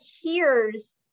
hears